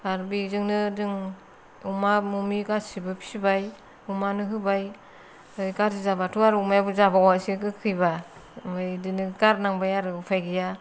आरो बेजोंनो जों अमा अमि गासिबो फिसिबाय अमानो होबाय ओरै गाज्रि जाबाथ' अमायाबो जाबावासो गोखैबा ओमफ्राय बेदिनो गारनांबाय आरो उफाय गैया